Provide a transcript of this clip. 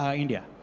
ah india.